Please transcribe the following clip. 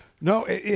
No